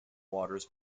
waters